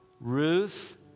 Ruth